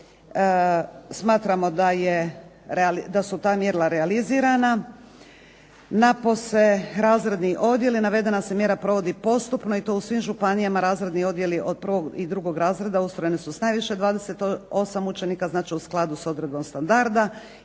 smatramo da su ta mjerila realizirana, napose razredni odjeli. Navedena se mjera provodi postupno i to u svim županijama razredni odjeli od prvog i drugog razreda ustrojeni su s najviše 28 učenika, znači u skladu s odredbom standarda.